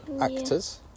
actors